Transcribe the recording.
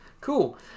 Cool